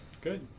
Good